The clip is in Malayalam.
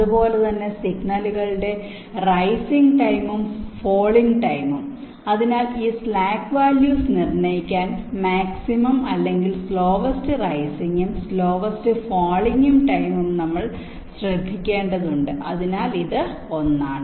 അതുപോലെ തന്നെ സിഗ്നലുകളുടെ റൈസിംഗ് ടൈമും ഫാളിംഗ് ടൈമും അതിനാൽ ഈ സ്ലാക്ക് വാല്യൂസ് നിർണ്ണയിക്കാൻ മാക്സിമം അല്ലെങ്കിൽ സ്ലോവെസ്റ് റൈസിംഗും സ്ലോവെസ്റ് ഫാളിംഗും ടൈം നമ്മൾ ശ്രദ്ധിക്കേണ്ടതുണ്ട് അതിനാൽ ഇത് ഒന്നാണ്